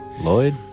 Lloyd